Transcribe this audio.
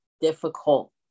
difficult